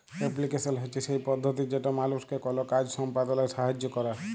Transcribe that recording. application হছে সেই পদ্ধতি যেট মালুসকে কল কাজ সম্পাদলায় সাহাইয্য ক্যরে